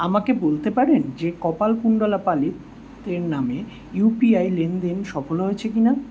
আমাকে বলতে পারেন যে কপালকুণ্ডলা পালিত তের নামে ইউপিআই লেনদেন সফল হয়েছে কিনা